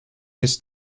his